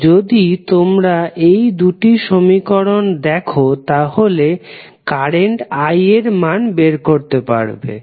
তো যদি তোমরা এই দুটি সমীকরণ দেখি তাহলে কারেন্টের I মান বের করতে পারবে